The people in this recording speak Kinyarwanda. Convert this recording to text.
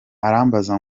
arambaza